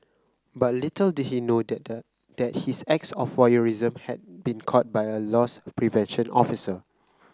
but little did he know that that his acts of voyeurism had been caught by a loss prevention officer